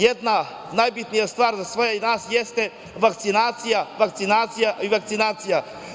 Jedan najbitnija stvar za sve nas jeste vakcinacija, vakcinacija i vakcinacija.